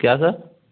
क्या सर